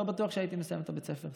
לא בטוח שהייתי מסיים את בית הספר.